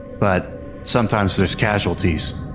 but sometimes there's casualties.